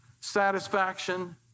satisfaction